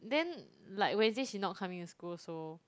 then like Wednesday she not coming to school also